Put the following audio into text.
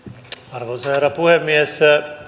arvoisa herra puhemies